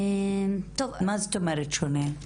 מה זאת אומרת שונה?